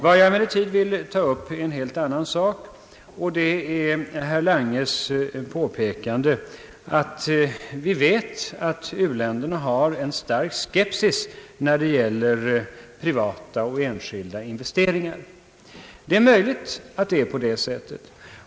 Jag vill emellertid ta upp en helt annan sak, och det gäller herr Langes påpekande att u-länderna hyser stark skepsis mot privata och enskilda investeringar. Det är möjligt att det är på det sättet.